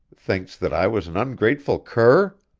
thinks that i was an ungrateful cur!